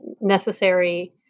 necessary